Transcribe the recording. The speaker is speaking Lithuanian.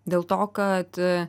dėlto kad